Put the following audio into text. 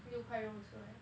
六块肉出来